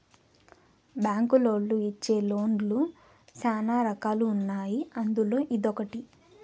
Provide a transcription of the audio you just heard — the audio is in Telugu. బ్యాంకులోళ్ళు ఇచ్చే లోన్ లు శ్యానా రకాలు ఉన్నాయి అందులో ఇదొకటి